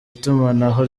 itumanaho